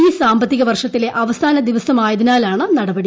ഈ സാമ്പത്തിക വർഷത്തിലെ അവസാന ദിവസമായതിനാലാണ് നടപ ടി